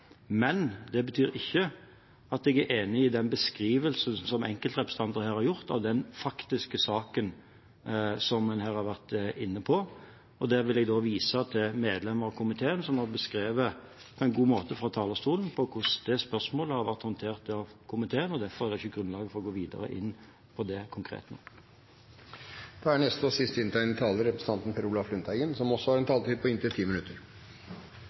Men det betyr ikke at jeg er enig i den beskrivelsen som enkeltrepresentanter her har hatt av den faktiske saken, som en her har vært inne på, og der vil jeg vise til medlemmer av komiteen som på en god måte har beskrevet fra talerstolen hvordan det spørsmålet har vært håndtert av komiteen. Derfor er det ikke grunnlag for konkret å gå videre inn på det nå. Som denne debatten har vist, er dette en utrolig komplisert sak i forhold til en